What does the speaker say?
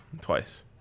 Twice